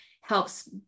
helps